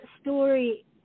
story